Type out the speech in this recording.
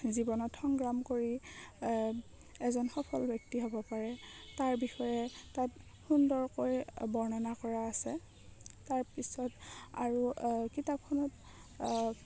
জীৱনত সংগ্ৰাম কৰি এজন সফল ব্যক্তি হ'ব পাৰে তাৰ বিষয়ে তাত সুন্দৰকৈ বৰ্ণনা কৰা আছে তাৰপিছত আৰু কিতাপখনত